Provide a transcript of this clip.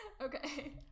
okay